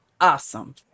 Awesome